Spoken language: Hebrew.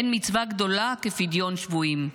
אין מצווה גדולה כפדיון שבויים.